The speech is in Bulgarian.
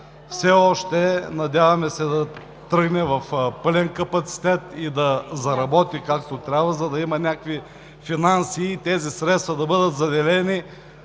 все още, надяваме се, да тръгне в пълен капацитет и да заработи както трябва, да има някакви финанси и те да бъдат заделени